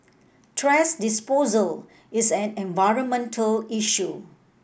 thrash disposal is an environmental issue